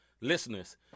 listeners